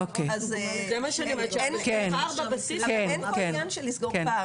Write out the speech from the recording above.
אין פה עניין לסגור פער.